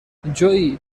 جویی